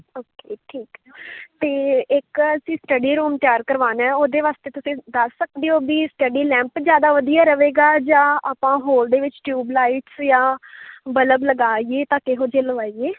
okay ਠੀਕ ਹੈ ਅਤੇ ਇੱਕ ਅਸੀਂ ਸਟੱਡੀ ਰੂਮ ਤਿਆਰ ਕਰਵਾਉਣਾ ਉਹਦੇ ਵਾਸਤੇ ਤੁਸੀਂ ਦੱਸ ਸਕਦੇ ਹੋ ਵੀ ਸਟੱਡੀ ਲੈਂਪ ਜ਼ਿਆਦਾ ਵਧੀਆ ਰਹੇਗਾ ਜਾਂ ਆਪਾਂ ਹੋਲਡਰ ਵਿੱਚ ਟਿਊਬ ਲਾਈਟਸ ਜਾਂ ਬੱਲਬ ਲਗਾਈਏ ਤਾਂ ਕਿਹੋ ਜਿਹੇ ਲਗਵਾਈਏ